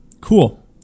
Cool